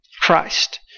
Christ